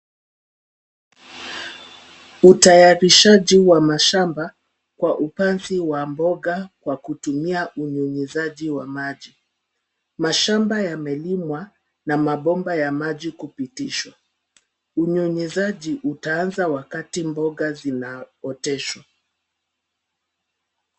Utayarishaji wa mashamba kwa upanzi wa mboga kwa kutumia unyunyizaji wa maji .Mashamba yamelimwa na mabomba ya maji kupitishwa. Unyunyizaji utaanza wakati mboga zinaoteshwa.